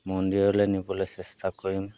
মন্দিৰলৈ নিবলৈ চেষ্টা কৰিম